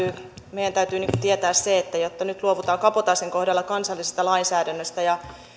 täytyy tietää se että nyt luovutaan kabotaasin kohdalla kansallisesta lainsäädännöstä